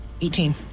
Eighteen